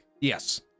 yes